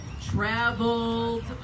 traveled